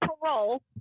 parole